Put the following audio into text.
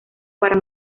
para